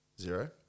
zero